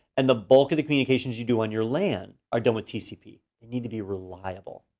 and the bulk of the communications you do on your lan are done with tcp. they need to be reliable.